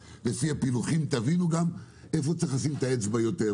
הפילוחים תבינו איפה צריך לשים את האצבע יותר.